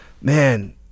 man